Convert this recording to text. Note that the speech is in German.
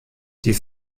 die